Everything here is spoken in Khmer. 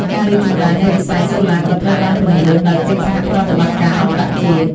ការរីកចម្រើននៃវិស័យសូឡាក៏ត្រូវបានពន្លឿនដោយកិច្ចសហប្រតិបត្តិការអន្តរជាតិ។